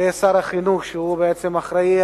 לשר החינוך, שהוא בעצם אחראי